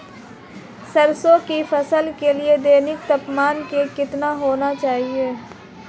सरसों की फसल के लिए दैनिक तापमान कितना होना चाहिए?